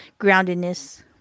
groundedness